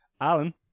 alan